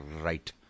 right